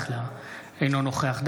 אינו נוכח ישראל אייכלר,